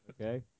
okay